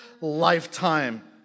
lifetime